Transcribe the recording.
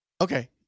Okay